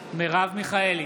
מיכאלי,